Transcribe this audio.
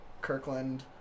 Kirkland